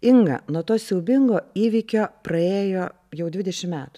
inga nuo to siaubingo įvykio praėjo jau dvidešim metų